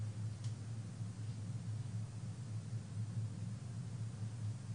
כך שזה גם פוגע בתחרות.